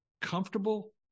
comfortable